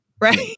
right